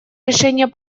решение